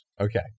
Okay